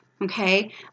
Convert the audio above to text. okay